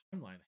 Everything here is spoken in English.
timeline